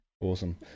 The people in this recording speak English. Awesome